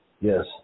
Yes